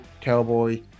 cowboy